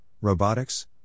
robotics